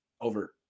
over –